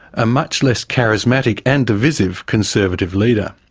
a much less charismatic and divisive conservative leader.